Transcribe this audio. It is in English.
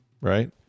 right